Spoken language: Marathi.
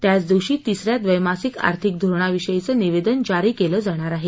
त्याच दिवशी तिस या द्वैमासिक आर्थिक धोरणाविषयीचं निवेदन जारी केलं जाणार आहे